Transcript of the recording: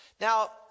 Now